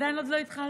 עדיין לא התחלתי.